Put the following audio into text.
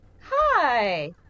hi